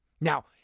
Now